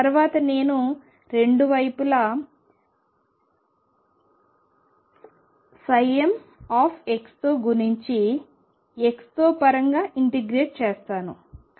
తర్వాత నేను రెండు వైపులా mతో గుణించి xతో పరంగా ఇంటిగ్రేట్ చేస్తాను